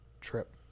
trip